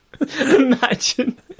Imagine